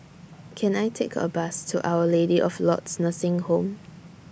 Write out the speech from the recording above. Can I Take A Bus to Our Lady of Lourdes Nursing Home